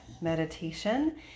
Meditation